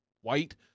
white